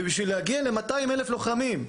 ובשביל להגיע ל-200 אלף לוחמים,